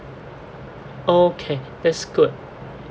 okay that's good